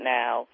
now